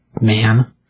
man